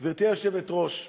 גברתי היושבת-ראש,